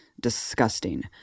disgusting